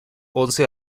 once